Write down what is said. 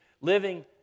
living